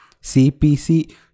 CPC